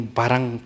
parang